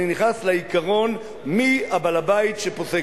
אני נכנס לעיקרון מי בעל-הבית שפוסק,